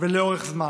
ולאורך זמן.